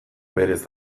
berez